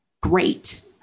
great